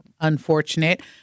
unfortunate